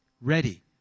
ready